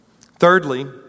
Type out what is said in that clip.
Thirdly